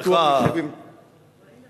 בדבר פיתוח היישובים, סליחה.